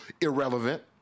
irrelevant